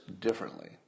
differently